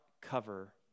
cover